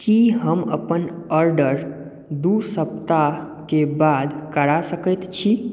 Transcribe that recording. की हम अपन ऑर्डर दू सप्ताहके बाद करा सकैत छी